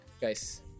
Guys